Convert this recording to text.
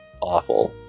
awful